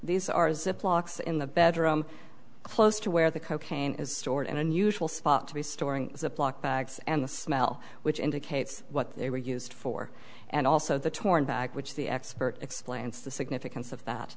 so in the bedroom close to where the cocaine is stored in unusual spot to be storing ziploc bags and the smell which indicates what they were used for and also the torn bag which the expert explains the significance of that